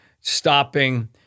stopping